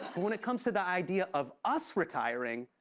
when it comes to the idea of us retiring,